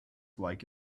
like